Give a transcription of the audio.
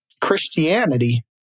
Christianity